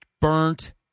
burnt